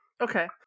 Okay